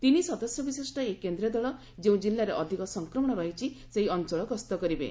ତିନି ସଦସ୍ୟ ବିଶିଷ୍ଟ ଏହି କେନ୍ଦ୍ରୀୟ ଦଳ ଯେଉଁ ଜିଲ୍ଲାରେ ଅଧିକ ସଂକ୍ରମଣ ରହିଛି ସେହି ଅଞ୍ଚଳ ଗସ୍ତ କରିବେ